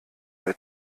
bei